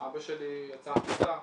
אבא שלי יצא החוצה.